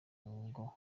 ngo